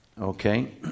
Okay